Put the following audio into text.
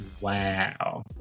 wow